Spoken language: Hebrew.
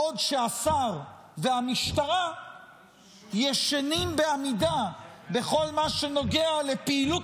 בעוד שהשר והמשטרה ישנים בעמידה בכל מה שנוגע לפעילות